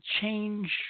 change